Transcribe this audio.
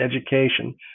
education